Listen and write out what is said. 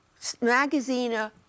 Magazina